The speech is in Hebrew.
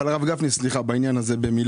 הרב גפני, סליחה, מילה בעניין הזה.